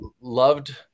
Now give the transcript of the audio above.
loved